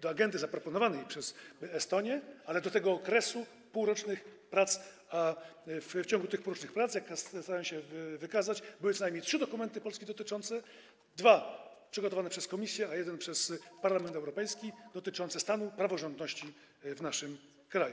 do agendy zaproponowanej przez Estonię, ale dotyczy tego okresu półrocznych prac, a w ciągu tych półrocznych prac, jak staram się wykazać, były co najmniej trzy dokumenty, dwa przygotowane przez Komisję, a jeden przez Parlament Europejski, dotyczące stanu praworządności w naszym kraju.